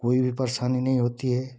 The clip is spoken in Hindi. कोई भी परेशानी नहीं होती है